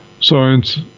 science